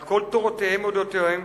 על כל תורותיהם ודעותיהם,